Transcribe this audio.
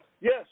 Yes